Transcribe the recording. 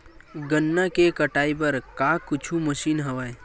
गन्ना के कटाई बर का कुछु मशीन हवय?